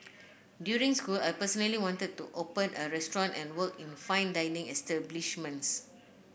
during school I personally wanted to open a restaurant and work in fine dining establishments